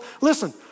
listen